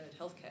healthcare